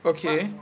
okay